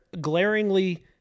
glaringly